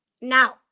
Now